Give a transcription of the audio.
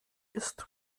ist